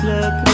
Look